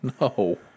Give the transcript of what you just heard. No